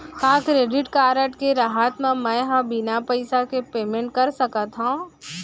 का credit card के रहत म, मैं ह बिना पइसा के पेमेंट कर सकत हो?